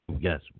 yes